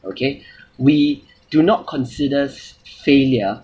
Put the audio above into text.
okay we do not considers failure